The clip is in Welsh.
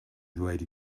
ddweud